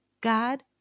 God